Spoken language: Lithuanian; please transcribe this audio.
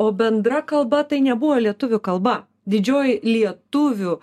o bendra kalba tai nebuvo lietuvių kalba didžioji lietuvių